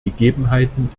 gegebenheiten